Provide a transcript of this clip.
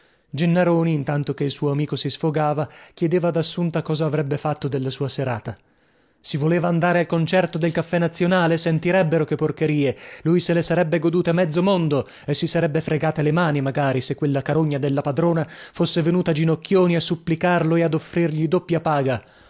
birreria gennaroni intanto che il suo amico si sfogava chiedeva ad assunta cosa avrebbe fatto della sua serata si voleva andare al concerto del caffè nazionale sentirebbero che porcherie lui se le sarebbe godute mezzo mondo e si sarebbe fregate le mani magari se quella carogna della padrona fosse venuta ginocchioni a supplicarlo e ad offrirgli doppia paga